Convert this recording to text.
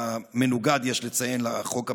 המנוגד, יש לציין, לחוק הבין-לאומי,